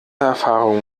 erfahrung